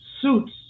suits